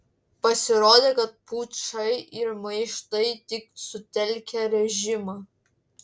pasirodė kad pučai ir maištai tik sutelkia režimą